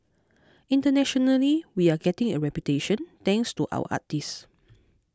internationally we're getting a reputation thanks to our artists